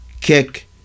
kick